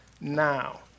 now